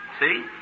See